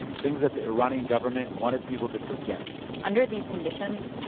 things that the iranian government wanted people to forget under these conditions,